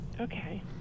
Okay